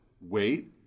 wait